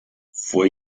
fue